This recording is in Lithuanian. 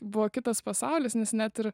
buvo kitas pasaulis nes net ir